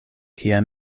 kie